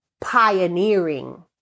pioneering